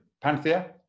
Panthea